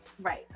Right